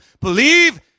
Believe